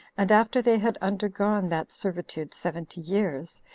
and after they had undergone that servitude seventy years,